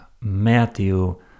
Matthew